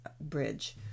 Bridge